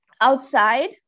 outside